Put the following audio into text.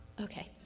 Okay